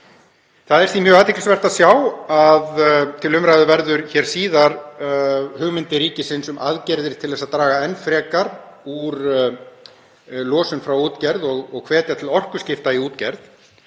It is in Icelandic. Það er því mjög athyglisvert að sjá að til umræðu verða hér síðar hugmyndir ríkisins um aðgerðir til þess að draga enn frekar úr losun frá útgerð og hvetja til orkuskipta í útgerð.